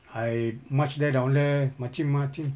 I march there down there marching marching